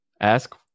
Ask